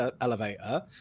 elevator